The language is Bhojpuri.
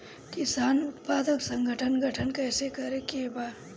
किसान उत्पादक संगठन गठन कैसे करके बा?